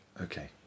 Okay